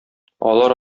алар